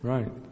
Right